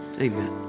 Amen